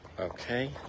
Okay